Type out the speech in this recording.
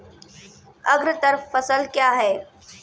अग्रतर फसल क्या हैं?